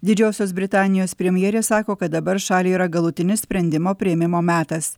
didžiosios britanijos premjerė sako kad dabar šaliai yra galutinis sprendimo priėmimo metas